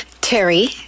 Terry